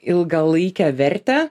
ilgalaikę vertę